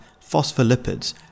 phospholipids